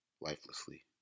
Lifelessly